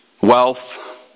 wealth